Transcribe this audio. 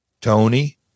Tony